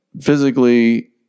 physically